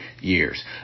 years